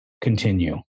continue